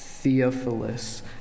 Theophilus